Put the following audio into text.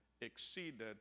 exceeded